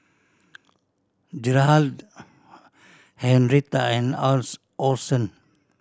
Gerhardt Henretta and Orson